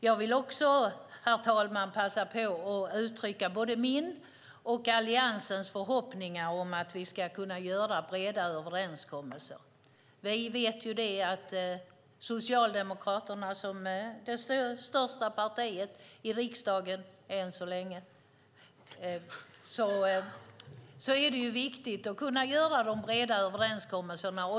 Jag vill också, herr talman, passa på att uttrycka både min och Alliansens förhoppningar om att vi ska kunna göra breda överenskommelser. Vi vet att Socialdemokraterna är det största partiet i riksdagen än så länge. Det är viktigt att kunna göra breda överenskommelser.